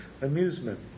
amusement